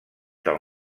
del